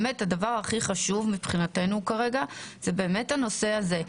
מבחינתנו הדבר הכי חשוב כרגע הוא באמת הנושא הזה.